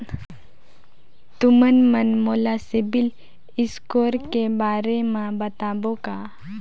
तुमन मन मोला सीबिल स्कोर के बारे म बताबो का?